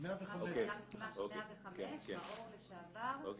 105, מאו"ר לשעבר.